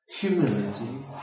humility